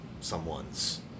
someone's